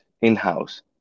in-house